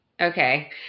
Okay